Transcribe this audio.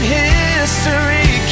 history